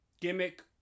gimmick